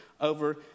over